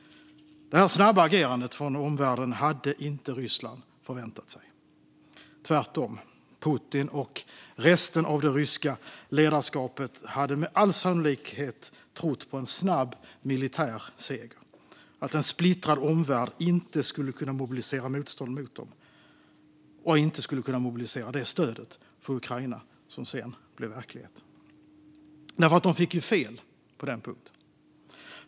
Detta snabba agerande från omvärlden hade Ryssland inte förväntat sig. Tvärtom hade Putin och resten av det ryska ledarskapet trodde med all sannolikhet på en snabb militär seger och att en splittrad omvärld varken skulle kunna mobilisera ett motstånd mot dem eller det stöd till Ukraina som sedan blev verklighet. Men de fick fel på denna punkt.